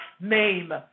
name